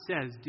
says